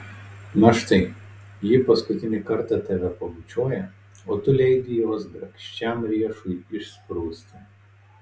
na štai ji paskutinį kartą tave pabučiuoja o tu leidi jos grakščiam riešui išsprūsti